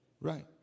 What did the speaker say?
Right